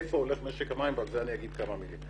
להיכן הולך משק המים ועל זה אני אומר כמה מילים.